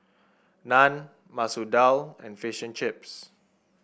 Naan Masoor Dal and Fish and Chips